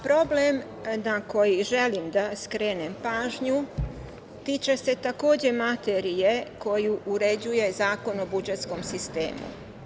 Problem na koji želim skrenem pažnju tiče se materije koju uređuje Zakon o budžetskom sistemu.